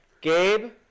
Gabe